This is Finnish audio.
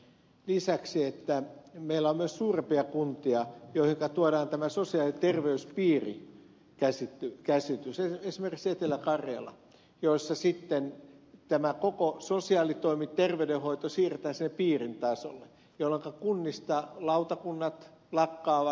kankaanniemi sanoi että meillä on myös suurempia kuntia joihinka tuodaan tämä sosiaali ja terveyspiirikäsitys esimerkiksi etelä karjalassa missä sitten tämä koko sosiaalitoimi ja terveydenhoito siirretään sinne piirin tasolle jolloinka kunnista lautakunnat lakkaavat